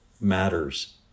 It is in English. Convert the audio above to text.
matters